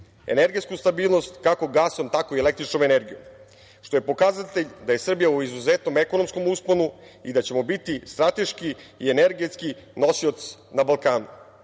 energetsku stabilnost kako gasom, tako i električnom energijom, što je pokazatelj da je Srbija u izuzetnom ekonomskom usponu i da ćemo biti strateški i energetski nosioc na Balkanu.